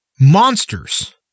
monsters